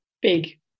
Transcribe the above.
big